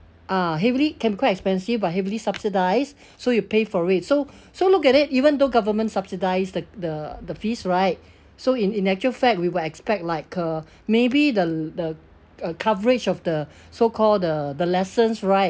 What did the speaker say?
uh heavily can be quite expensive but heavily subsidised so you pay for it so so look at it even though government subsidise the the the fees right so in in actual fact we will expect like uh maybe the the uh coverage of the so-called the the lessons right